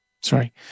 sorry